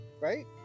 Right